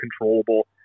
controllable